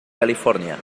california